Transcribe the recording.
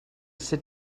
sit